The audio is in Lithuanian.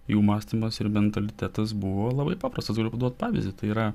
jų mąstymas ir mentalitetas buvo labai paprastas galiu paduot pavyzdį tai yra